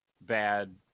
bad